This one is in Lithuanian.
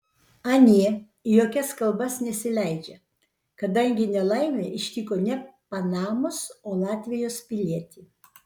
anie į jokias kalbas nesileidžia kadangi nelaimė ištiko ne panamos o latvijos pilietį